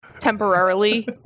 temporarily